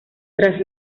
tras